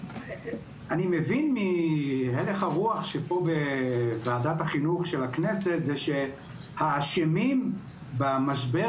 אני מבין מהלך הרוח בוועדת החינוך של הכנסת שהאשמים במשבר